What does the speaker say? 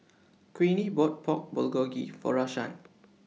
Queenie bought Pork Bulgogi For Rashaan